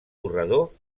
corredor